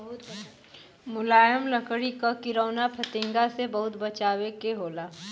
मुलायम लकड़ी क किरौना फतिंगा से बहुत बचावे के होला